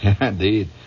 Indeed